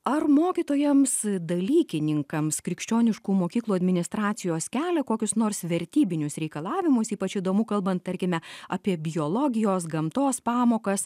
ar mokytojams dalykininkams krikščioniškų mokyklų administracijos kelia kokius nors vertybinius reikalavimus ypač įdomu kalbant tarkime apie biologijos gamtos pamokas